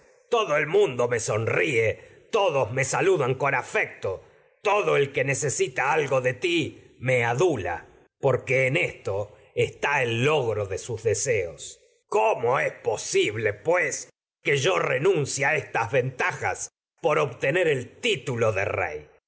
todo el mundo el que sonríe todos saludan con afecto todo en necesita algo de ti me adula es porque esto está el logro de a sus deseos cómo jas por posible pues que yo renuncie estas venta no obtener el titulo de rey